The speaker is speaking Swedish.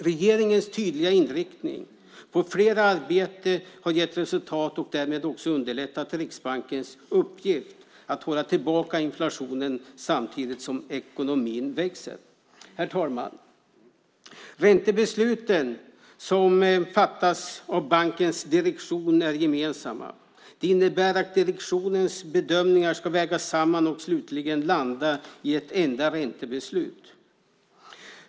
Regeringens tydliga inriktning på fler i arbete har gett resultat och har därmed också underlättat Riksbankens uppgift att hålla tillbaka inflationen samtidigt som ekonomin växer. Herr talman! Räntebesluten som fattas av bankens direktion är gemensamma. Det innebär att direktionens bedömningar ska vägas samman och slutligen landa i ett enda räntebeslut.